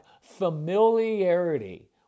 Familiarity